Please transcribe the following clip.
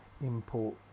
import